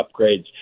upgrades